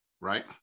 right